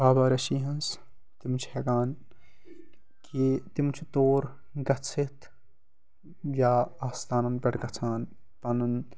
بابا ریٖشی ہٕنٛز تِم چھِ ہٮ۪کان کہِ تِم چھِ تور گٔژھِتھ یا آستانَن پٮ۪ٹھ گژھان پَنُن